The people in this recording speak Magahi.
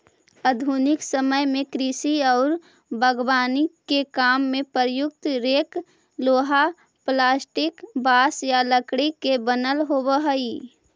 आधुनिक समय में कृषि औउर बागवानी के काम में प्रयुक्त रेक लोहा, प्लास्टिक, बाँस या लकड़ी के बनल होबऽ हई